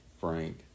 Frank